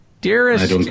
Dearest